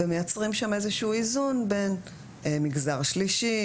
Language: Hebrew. ומייצרים שם איזשהו איזון בין מגזר שלישי,